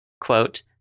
quote